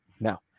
Now